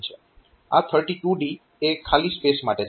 આ 32D એ ખાલી સ્પેસ માટે છે